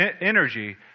energy